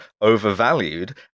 overvalued